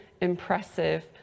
impressive